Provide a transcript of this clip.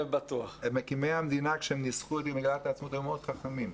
הם מקימי המדינה וכשהם ניסחו את מגילת העצמאות הם היו מאוד חכמים.